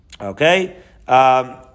Okay